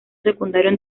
secundarios